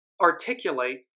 articulate